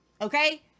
Okay